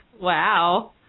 Wow